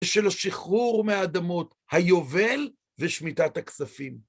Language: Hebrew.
של השחרור מהאדמות, היובל, ושמיטת הכספים.